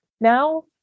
Now